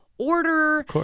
Order